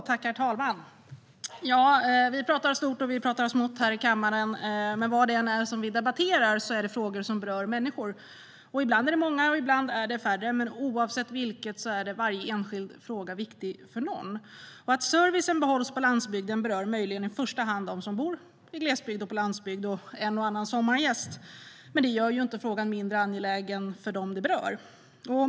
Herr talman! Vi pratar stort och vi pratar smått här i kammaren, men vad det än är vi debatterar är det frågor som berör människor. Ibland är det många, och ibland är det färre, men oavsett vilket är varje enskild fråga viktig för någon. Att servicen behålls på landsbygden berör möjligen i första hand dem som bor i glesbygd och på landsbygd, och en och annan sommargäst, men det gör inte frågan mindre angelägen för dem det berör.